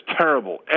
terrible